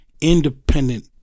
independent